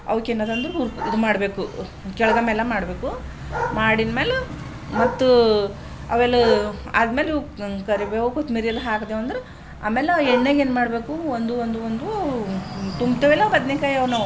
ಅವ್ಕೇನಾದ್ರೂ ಒಂದು ಇದು ಮಾಡಬೇಕು ಕೆಳ್ಗೆ ಮೇಲೆ ಮಾಡಬೇಕು ಮಾಡಿದ್ಮೇಲೆ ಮತ್ತು ಅವೆಲ್ಲ ಆದಮೇಲೆ ಉಪ್ಪು ಕರಿಬೇವು ಕೊತ್ತೊಂಬ್ರಿ ಎಲ್ಲ ಹಾಕ್ದೇವಂದ್ರೆ ಆಮೇಲೆ ಎಣ್ಣೆಗೇನು ಮಾಡಬೇಕು ಒಂದು ಒಂದು ಒಂದು ತುಂಬ್ತೇವಲ್ಲ ಬದನೇಕಾಯಿಯವನು